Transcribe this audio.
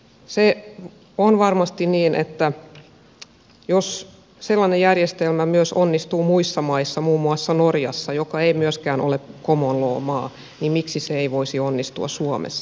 se on varmasti niin että jos sellainen järjestelmä myös onnistuu muissa maissa muun muassa norjassa joka ei myöskään ole common law maa niin miksi se ei voisi onnistua suomessa